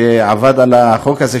שעבד על החוק הזה,